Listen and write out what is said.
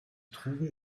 trouvé